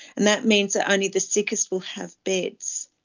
and that means that only the sickest will have beds.